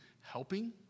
helping